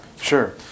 Sure